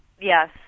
Yes